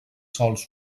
sòls